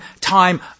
time